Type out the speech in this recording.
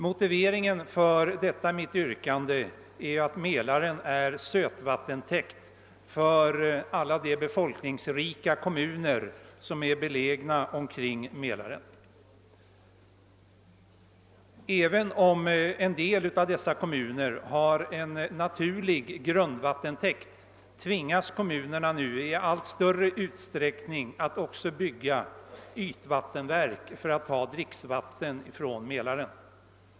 Motiveringen för mitt yrkande är att Mälaren är sötvattentäkt för alla de befolkningsrika kommuner som är belägna omkring sjön. Även om en del av dessa kommuner har en naturlig grundvattentäkt, tvingas kommunerna nu i allt större utsträckning att också bygga ytvattenverk för att ta dricksvatten från Mälaren.